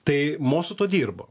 tai mo su tuo dirbo